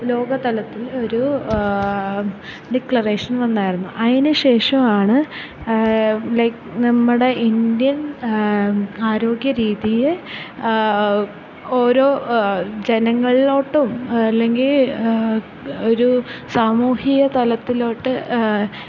ലോക തലത്തിൽ ഒരു ഡിക്ലറേഷൻ വന്നായിരുന്നു അതിനു ശേഷമാണ് ലൈക് നമ്മുടെ ഇന്ത്യൻ ആരോഗ്യ രീതിയെ ഓരോ ജനങ്ങളിലോട്ടും അല്ലെങ്കിൽ ഒരു സാമൂഹിക തലത്തിലോട്ട്